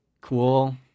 cool